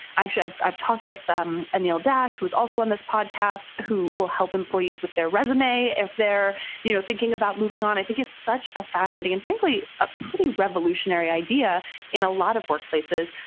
actually i've i've talked with anil dash, who was also on this podcast, who will help employees with their resume if they're you know thinking about moving on. i think it's such a fascinating, and frankly, a pretty revolutionary idea in a lot of workplaces.